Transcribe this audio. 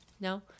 no